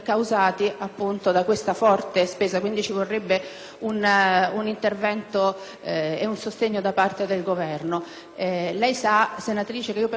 quindi un sostegno da parte del Governo. Lei sa, senatrice Serafini, che personalmente sono assolutamente favorevole all'assistenza pediatrica